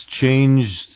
changed